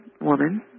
woman